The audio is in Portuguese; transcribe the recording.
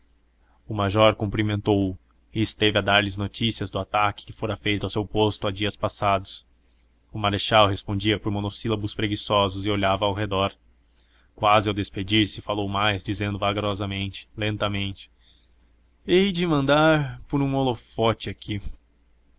o major cumprimentou-o e esteve a dar-lhe notícias do ataque que fora feito ao seu posto há dias passados o marechal respondia por monossílabos preguiçosos e olhava ao redor quase ao despedir-se falou mais dizendo vagarosamente lentamente hei de mandar pôr um holofote aqui